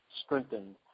strengthened